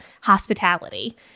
hospitality